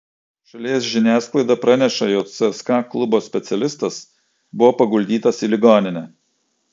šalies žiniasklaida praneša jog cska klubo specialistas buvo paguldytas į ligoninę